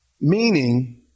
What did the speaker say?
Meaning